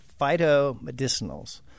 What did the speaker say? phytomedicinals